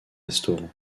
restaurant